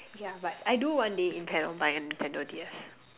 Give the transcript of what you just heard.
yeah but I do one day intend on buying a Nintendo-D_S